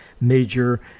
major